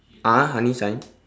ah honey sign